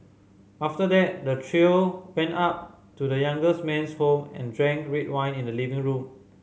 after that the trio went up to the younger man's home and drank red wine in the living room